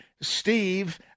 Steve